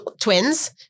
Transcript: twins